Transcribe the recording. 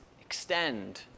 extend